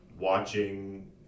watching